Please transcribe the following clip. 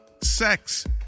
sex